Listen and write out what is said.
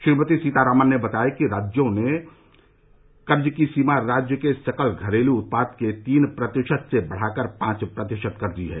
श्रीमती सीतारामन ने बताया कि सरकार ने राज्यों के लिए कर्ज की सीमा राज्य के सकल घरेलू उत्पाद के तीन प्रतिशत से बढ़ाकर पांच प्रतिशत कर दी है